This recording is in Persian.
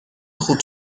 خوب